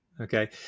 Okay